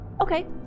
Okay